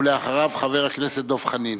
חבר הכנסת דב חנין.